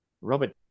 Robert